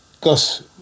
Gus